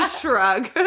Shrug